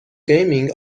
gaming